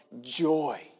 joy